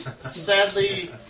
Sadly